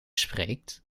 spreekt